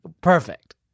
perfect